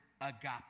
agape